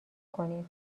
کنین